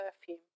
perfume